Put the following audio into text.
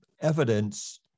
evidence